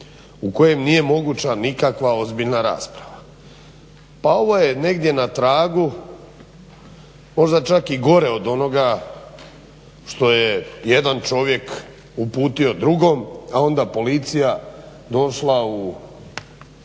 u kojem nije moguća nikakva ozbiljna rasprava." Pa ovo je negdje na tragu možda čak i gore od onoga što je jedan čovjek uputio drugom, a onda policija došla u